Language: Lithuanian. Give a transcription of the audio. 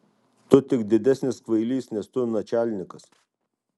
tu tik didesnis kvailys nes tu načialnikas